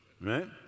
right